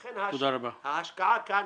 לכן ההשקעה כאן